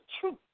truth